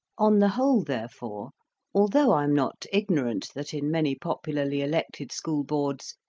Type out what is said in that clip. on the whole therefore although i am not ignorant that, in many popularly elected school boards,